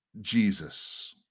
Jesus